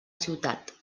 ciutat